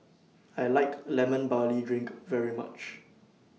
I like Lemon Barley Drink very much